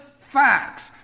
facts